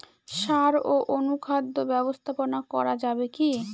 সাড় ও অনুখাদ্য ব্যবস্থাপনা করা যাবে কি?